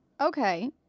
Okay